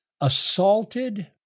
assaulted